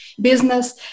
business